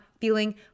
feeling